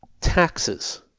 taxes